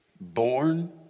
born